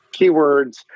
keywords